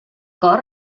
cor